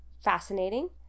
fascinating